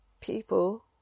people